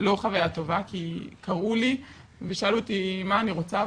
לא חוויה טובה כי קראו לי ושאלו אותי מה אני רוצה,